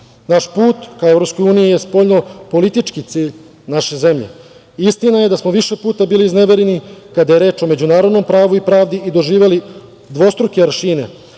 Naš put ka EU je spoljnopolitički cilj naše zemlje. Istina je da smo više puta bili iznevereni, kada je reč o međunarodnom pravu i pravdi i doživeli dvostruke aršine,